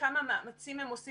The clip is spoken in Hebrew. כמה מאמצים הן עושות.